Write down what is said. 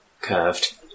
curved